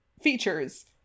features